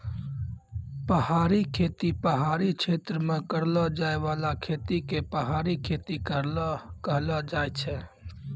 पहाड़ी खेती पहाड़ी क्षेत्र मे करलो जाय बाला खेती के पहाड़ी खेती कहलो जाय छै